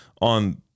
on